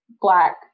black